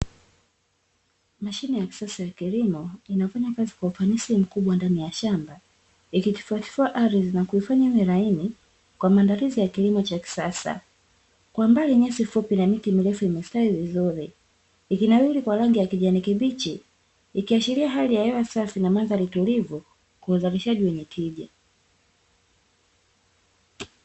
Mashine ya kisasa ya kilimo inayofanya kazi kwa ufanisi mkubwa ndani ya shamba, ikitifuatifua ardhi na kufanya iwe laini kwa maandalizi ya kilimo cha kisasa. Kwa mbali nyasi fupi na miti mirefu imestawi vizuri, ikinawili kwa rangi ya kijani kibichi, ikiashiria hali ya hewa safi na mandhari tulivu kwa udhalishaji wenye tija.